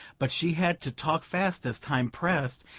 but she had to talk fast as time pressed,